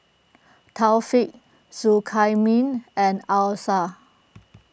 Taufik Zulkamin and Alyssa